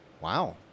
Wow